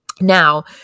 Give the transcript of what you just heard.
Now